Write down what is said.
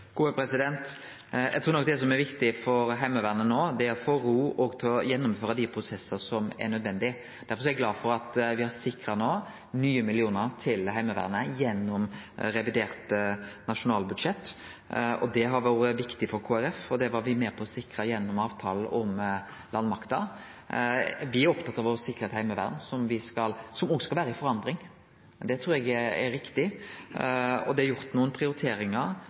Eg trur nok at det som er viktig for Heimevernet no, er å få ro, òg til å gjennomføre dei prosessane som er nødvendige. Derfor er eg glad for at me no har sikra nye millionar til Heimevernet gjennom revidert nasjonalbudsjett. Det har vore viktig for Kristeleg Folkeparti, og det var me med på å sikre gjennom avtalen om landmakta. Me er opptatt av å sikre eit heimevern som òg skal vere i forandring. Det trur eg er riktig. Og det er gjort nokre prioriteringar